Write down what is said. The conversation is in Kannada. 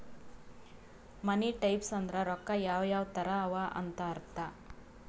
ಮನಿ ಟೈಪ್ಸ್ ಅಂದುರ್ ರೊಕ್ಕಾ ಯಾವ್ ಯಾವ್ ತರ ಅವ ಅಂತ್ ಅರ್ಥ